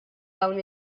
dawn